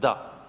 Da.